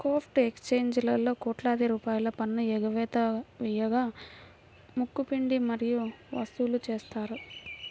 crypto ఎక్స్చేంజీలలో కోట్లాది రూపాయల పన్ను ఎగవేత వేయగా ముక్కు పిండి మరీ వసూలు చేశారు